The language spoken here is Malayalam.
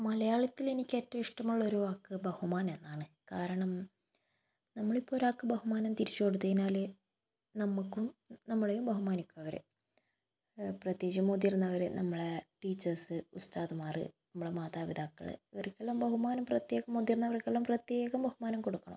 മലയാളത്തിൽ എനിക്ക് ഏറ്റവും ഇഷ്ടമുള്ള ഒരു വാക്ക് ബഹുമാനം എന്നാണ് കാരണം നമ്മൾ ഇപ്പം ഒരാൾക്കു ബഹുമാനം തിരിച്ചു കൊടുത്ത് കഴിഞ്ഞാൽ നമുക്കും നമ്മളേം ബഹുമാനിക്കും അവർ പ്രത്യേകിച്ച് മുതിർന്നവരെ നമ്മളെ ടീച്ചേഴ്സ് ഉസ്താദ്മാർ നമ്മളുടെ മാതാപിതാക്കൾ ഇവർക്കുള്ള ബഹുമാനം പ്രത്യേകം മുതിർന്നവർക്കുള്ള പ്രത്യേക ബഹുമാനം കൊടുക്കണം